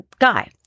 guy